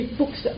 books